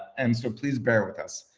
and so please bear with us.